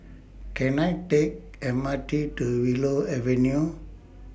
Can I Take M R T to Willow Avenue